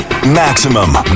Maximum